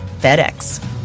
FedEx